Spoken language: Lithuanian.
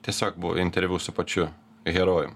tiesiog buvo interviu su pačiu herojum